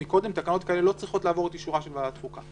תקנות כאלה לא צריכות לעבור את אישורה של ועדת החוקה.